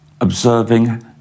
observing